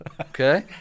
Okay